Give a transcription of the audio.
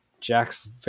Jack's